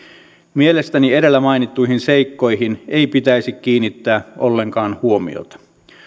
mielestäni edellä mainittuihin seikkoihin ei pitäisi kiinnittää ollenkaan huomiota